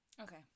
Okay